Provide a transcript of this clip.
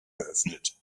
geöffnet